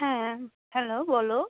হ্যাঁ হ্যালো বলো